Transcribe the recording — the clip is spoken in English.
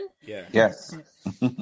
yes